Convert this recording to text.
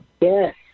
Yes